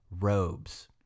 robes